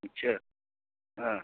अच्छा हाँ